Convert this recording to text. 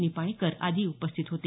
निपाणीकर आदी उपस्थित होते